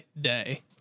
day